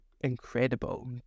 incredible